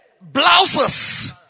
blouses